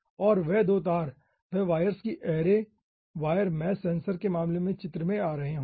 और वे 2 तार वे वायर्स की ऐरे वायर मैश सेंसर के मामले में चित्र में आ रहे होंगे